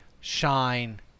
shine